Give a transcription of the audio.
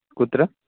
कुत्र